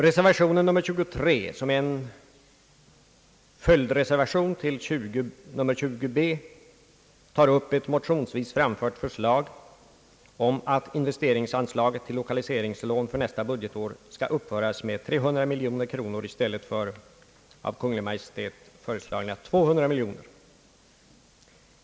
Reservation nr 23, som är en följdreservation till reservation nr 20b, tar upp eti motionsvis framfört yrkande om att investeringsanslaget till lokaliseringslån för nästa budgetår skall uppföras med 300 miljoner kronor i stället för av Kungl. Maj:t föreslagna 200 miljoner.